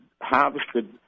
harvested